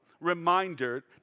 reminder